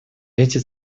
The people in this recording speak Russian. эти